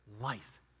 life